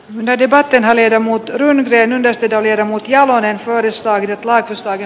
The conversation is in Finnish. brede varten hänelle muutto on vene nosteta viedä mut jalonen muistaa hyvin laitosta eri